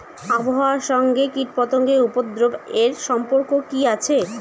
আবহাওয়ার সঙ্গে কীটপতঙ্গের উপদ্রব এর সম্পর্ক কি আছে?